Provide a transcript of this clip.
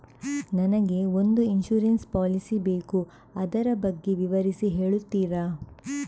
ನನಗೆ ಒಂದು insurance policy ಬೇಕು ಅದರ ಬಗ್ಗೆ ವಿವರಿಸಿ ಹೇಳುತ್ತೀರಾ?